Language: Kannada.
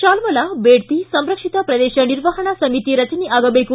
ಶಾಲ್ಲಲಾ ಬೇಡ್ತಿ ಸಂರಕ್ಷಿತ ಪ್ರದೇಶ ನಿರ್ವಹಣಾ ಸಮೀತಿ ರಚನೆ ಆಗಬೇಕು